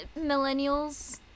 millennials